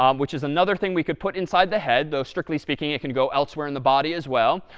um which is another thing we could put inside the head, though strictly speaking, it can go elsewhere in the body as well.